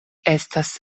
estas